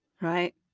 Right